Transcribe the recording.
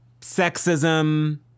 sexism